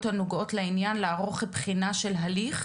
הנוגעות לעניין לערוך בחינה של הליך,